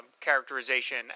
characterization